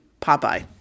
Popeye